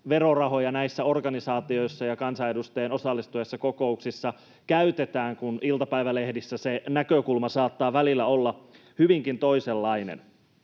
verorahoja näissä organisaatioissa ja kansanedustajien osallistuessa kokouksiin käytetään, kun iltapäivälehdissä se näkökulma saattaa välillä olla hyvinkin toisenlainen.